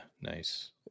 nice